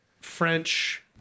French